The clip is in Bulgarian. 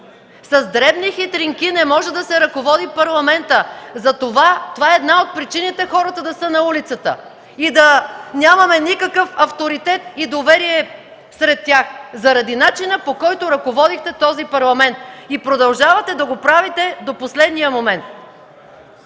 С дребни хитринки не може да се ръководи Парламентът. Това е една от причините хората да са на улицата и да нямаме никакъв авторитет и доверие сред тях – заради начина, по който ръководите този Парламент. И продължавате да го правите до последния момент!